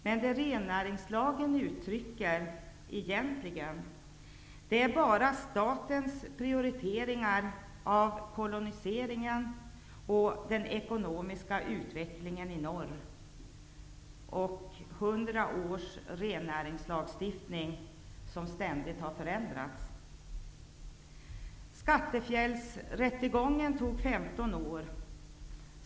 Men rennäringslagen uttrycker egentligen bara statens prioriteringar av kolonialiseringen och den ekonomiska utvecklingen i norr. Det är 100 års rennäringslagstiftning som ständigt har förändrats. Skattefjällsrättegången tog 15 år.